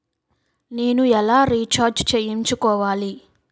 నేను ఎలా రీఛార్జ్ చేయించుకోవాలి?